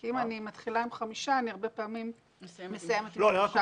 כי אם אני מתחילה אם חמישה אני הרבה פעמים מסיימת עם